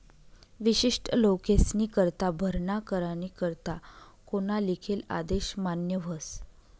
विशिष्ट लोकेस्नीकरता भरणा करानी करता कोना लिखेल आदेश मान्य व्हस